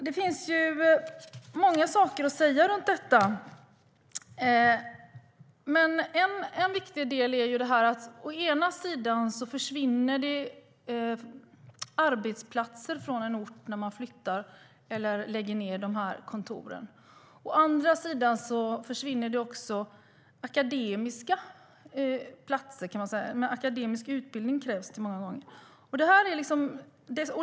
Det finns mycket att säga runt detta. Å ena sidan försvinner det arbetsplatser från en ort när man flyttar eller lägger ned kontoren. Å andra sidan försvinner det också akademiska platser, eftersom det många gånger krävs akademisk utbildning.